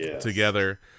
together